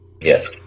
Yes